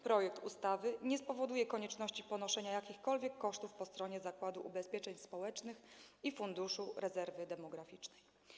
Projekt ustawy nie spowoduje konieczności ponoszenia jakichkolwiek kosztów po stronie Zakładu Ubezpieczeń Społecznych i Funduszu Rezerwy Demograficznej.